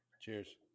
Cheers